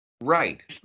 right